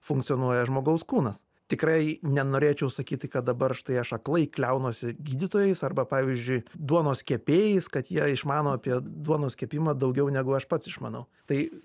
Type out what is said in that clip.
funkcionuoja žmogaus kūnas tikrai nenorėčiau sakyti kad dabar štai aš aklai kliaunuosi gydytojais arba pavyzdžiui duonos kepėjais kad jie išmano apie duonos kepimą daugiau negu aš pats išmanau tai